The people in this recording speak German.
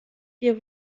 wir